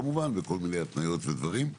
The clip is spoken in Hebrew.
כמובן בכל מיני התניות ודברים.